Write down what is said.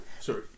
sorry